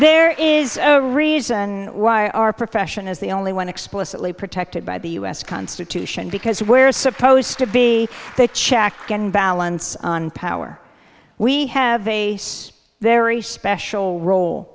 there is a reason why our profession is the only one explicitly protected by the us constitution because we're supposed to be a check and balance on power we have a very special